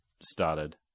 started